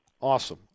awesome